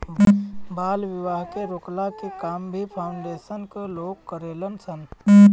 बाल विवाह के रोकला के काम भी फाउंडेशन कअ लोग करेलन सन